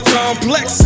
complex